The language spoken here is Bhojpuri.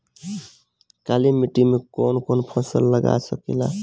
काली मिट्टी मे कौन कौन फसल लाग सकेला?